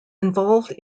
involved